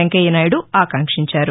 వెంకయ్య నాయుడు ఆకాంక్షించారు